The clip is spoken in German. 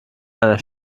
einer